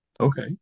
Okay